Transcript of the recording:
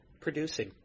producing